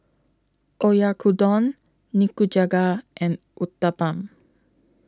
Oyakodon Nikujaga and Uthapam